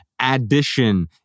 Addition